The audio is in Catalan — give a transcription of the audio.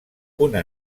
una